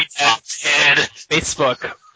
Facebook